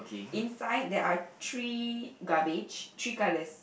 inside there are three garbage three colors